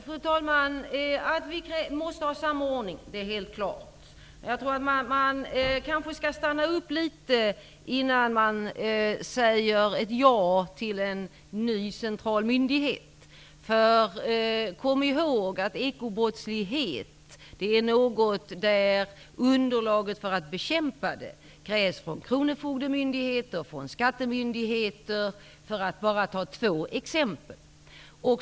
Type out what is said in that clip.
Fru talman! Att vi måste ha en samordning är helt klart. Men man kanske skall stanna upp litet, innan man säger ja till en ny central myndighet. Kom ihåg att underlag för att bekämpa ekobrottslighet krävs från kronofogdemyndigheter och skattemyndigheter, för att bara ta två exempel.